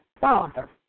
Father